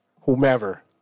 Whomever